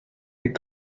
des